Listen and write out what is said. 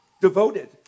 devoted